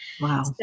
Wow